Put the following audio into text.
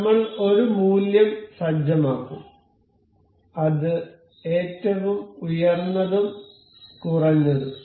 നമ്മൾ ഒരു മൂല്യം സജ്ജമാക്കും അത് ഏറ്റവും ഉയർന്നതും കുറഞ്ഞതും